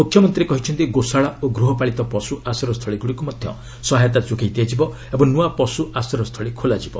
ମୁଖ୍ୟମନ୍ତ୍ରୀ କହିଛନ୍ତି ଗୋଶାଳା ଓ ଗୃହପାଳିତ ପଶୁ ଆଶ୍ରୟସ୍ଥଳଗୁଡ଼ିକୁ ମଧ୍ୟ ସହାୟତା ଯୋଗାଇ ଦିଆଯିବ ଏବଂ ନୂଆ ପଶୁ ଆଶ୍ରୟସ୍ଥଳ ଖୋଲାଯିବ